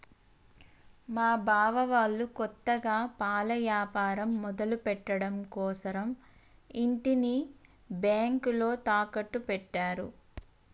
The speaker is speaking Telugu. మా బావ వాళ్ళు కొత్తగా పాల యాపారం మొదలుపెట్టడం కోసరం ఇంటిని బ్యేంకులో తాకట్టు పెట్టారు